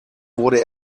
wurde